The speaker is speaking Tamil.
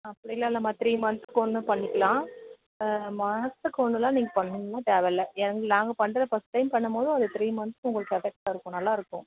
அப்படிலாம் இல்லைம்மா த்ரீ மந்த்ஸ்க்கு ஒன்று பண்ணிக்கலாம் மாதத்துக்கு ஒன்றெல்லாம் நீங்கள் பண்ணணுமெலாம் தேவையில்லை எங்கள் நாங்கள் பண்ணுற ஃபஸ்ட் டைம் பண்ணும்போதும் அது த்ரீ மந்த்ஸ்க்கு உங்களுக்கு எஃபெக்ட்டாக இருக்கும் நல்லா இருக்கும்